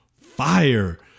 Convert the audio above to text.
fire